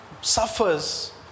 suffers